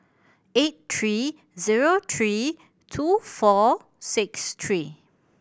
eight three zero three two four six three